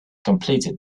completed